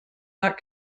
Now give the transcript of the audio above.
not